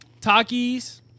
Takis